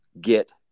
get